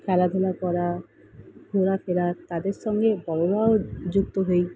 খেলাধুলা করা ঘোরাফেরা তাদের সঙ্গে বড়রাও যুক্ত হই